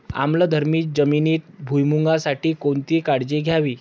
आम्लधर्मी जमिनीत भुईमूगासाठी कोणती काळजी घ्यावी?